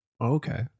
Okay